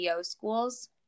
schools